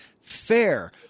fair